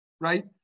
right